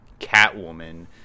Catwoman